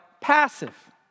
passive